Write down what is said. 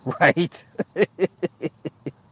right